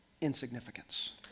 insignificance